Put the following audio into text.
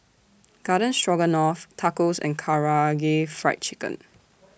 Garden Stroganoff Tacos and Karaage Fried Chicken